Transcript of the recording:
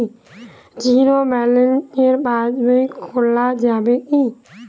Zero balance pass বই খোলা যাবে কি?